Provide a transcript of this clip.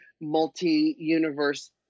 multi-universe